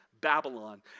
Babylon